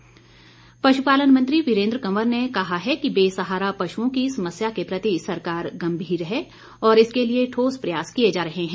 वीरेंद्र कंवर पशुपालन मंत्री वीरेंद्र कंवर ने कहा है कि बेसहारा पशुओं की समस्या के प्रति सरकार गंभीर है और इसके लिए ठोस प्रयास किए जा रहे हैं